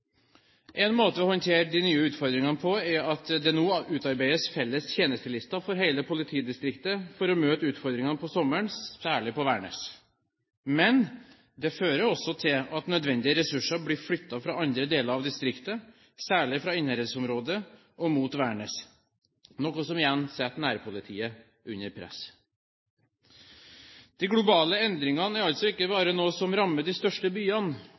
En måte å håndtere de nye utfordringene på er at det nå utarbeides felles tjenestelister for hele politidistriktet for å møte utfordringene på sommeren, særlig på Værnes. Men det fører også til at nødvendige ressurser blir flyttet fra andre deler av distriktet, særlig fra Innherad-området og mot Værnes, noe som igjen setter nærpolitiet under press. De globale endringene er ikke bare noe som rammer de største byene,